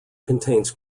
contains